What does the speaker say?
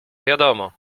wiadomo